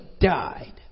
died